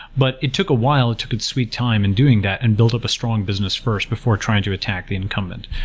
but it took a while. it took a sweet time in doing that and built up a strong business first before trying to attack the incumbent.